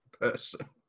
person